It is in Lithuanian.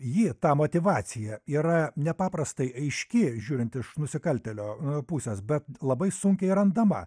ji ta motyvacija yra nepaprastai aiški žiūrint iš nusikaltėlio pusės bet labai sunkiai randama